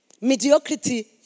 mediocrity